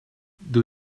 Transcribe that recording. doe